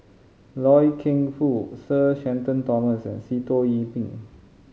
Loy Keng Foo Sir Shenton Thomas and Sitoh Yih Pin